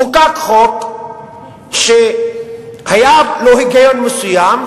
חוקק חוק שהיה לו היגיון מסוים,